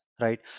right